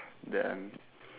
damn